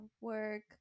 work